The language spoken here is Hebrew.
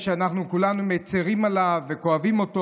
שאנחנו כולנו מצרים עליו וכואבים אותו.